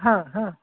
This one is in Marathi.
हां हां